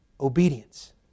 obedience